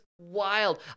wild